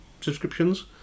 subscriptions